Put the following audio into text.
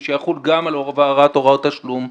שיחול גם על העברת הוראות תשלום.